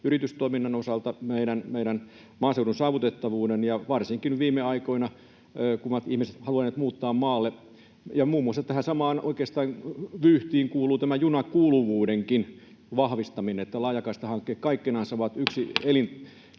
yritystoiminnan osalta, meidän maaseudun saavutettavuuden osalta varsinkin viime aikoina, kun ihmiset ovat halunneet muuttaa maalle. Oikeastaan tähän samaan vyyhtiin kuuluu muun muassa junakuuluvuudenkin vahvistaminen. Laajakaistahankkeet kaikkinensa ovat [Puhemies